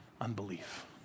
Unbelief